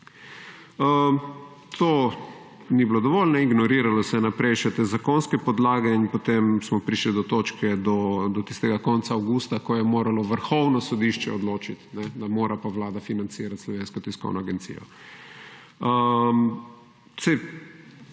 To ni bilo dovolj, ignoriralo se je naprej še te zakonske podlage in potem smo prišli do točke, do tistega konca avgusta, ko je moralo Vrhovno sodišče odločit, da mora pa Vlada financirat Slovensko tiskovno agencijo.